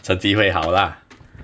成绩会好啦